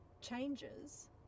changes